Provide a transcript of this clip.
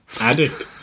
addict